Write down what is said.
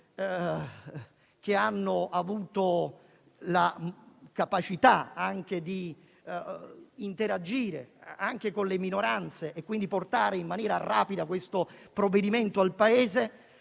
che hanno avuto la capacità di interagire con le minoranze per portare in maniera rapida il provvedimento al Paese,